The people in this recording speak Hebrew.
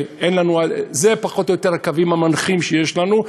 זה פחות או יותר הקווים המנחים שיש לנו.